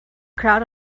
crowd